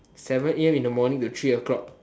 seven a_m in the morning to three o-clock